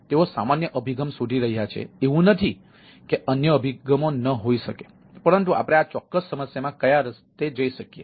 તેઓ સામાન્ય અભિગમ શોધી રહ્યા છે એવું નથી કે અન્ય અભિગમો ન હોઈ શકે પરંતુ આપણે આ ચોક્કસ સમસ્યામાં કયા રસ્તે જઈ શકીએ